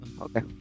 Okay